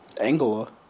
Angola